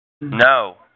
No